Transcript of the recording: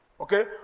okay